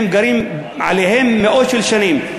שהם גרים עליהן מאות של שנים,